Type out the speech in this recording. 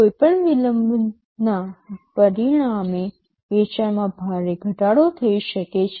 કોઈપણ વિલંબના પરિણામે વેચાણમાં ભારે ઘટાડો થઈ શકે છે